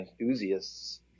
enthusiasts